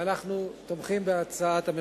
ואנחנו תומכים בהצעת הממשלה.